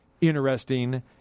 interesting